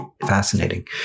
Fascinating